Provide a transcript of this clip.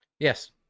Yes